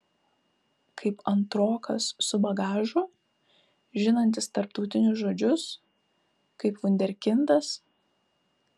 kaip antrokas su bagažu žinantis tarptautinius žodžius kaip vunderkindas